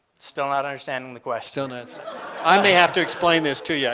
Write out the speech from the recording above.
still not understanding the question. don't answer. i may have to explain this to yeah